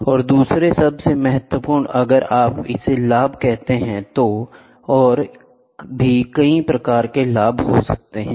और दूसरे सबसे महत्वपूर्ण अगर आप इसे लाभ कहते हैं तो और भी कई प्रकार के लाभ हो सकते हैं